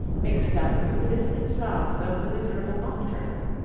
mixed up with the distant sobs of the miserable mock turtle.